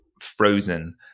frozen